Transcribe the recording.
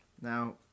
Now